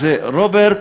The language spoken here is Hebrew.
אז רוברט